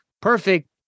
perfect